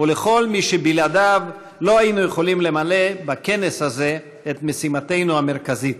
ולכל מי שבלעדיו לא היינו יכולים למלא בכנס הזה את משימתנו המרכזית,